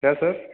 क्या सर